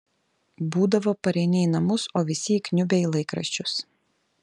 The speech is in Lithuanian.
būdavo pareini į namus o visi įkniubę į laikraščius